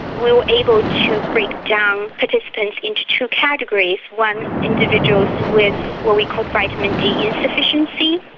we were able to break down participants into two categories. one, individuals with what we call vitamin d insufficiency,